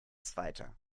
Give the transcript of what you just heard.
zweiter